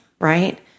right